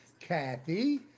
Kathy